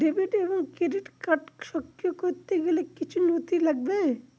Debit এবং credit card সক্রিয় করতে গেলে কিছু নথি লাগবে?